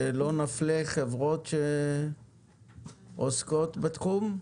כדי שלא נפלה חברות שעוסקות בתחום.